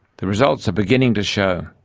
the results are beginning to show.